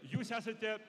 jūs esate